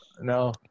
No